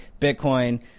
Bitcoin